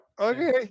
Okay